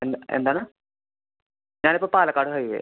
എന്ത് എന്താണ് ഞാൻ ഇപ്പോൾ പാലക്കാട് ഹൈ വെ